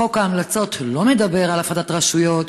חוק ההמלצות לא מדבר על הפרדת רשויות,